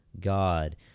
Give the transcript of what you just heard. God